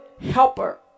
helper